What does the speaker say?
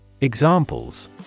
Examples